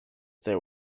there